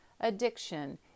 addiction